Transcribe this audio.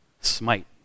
Smite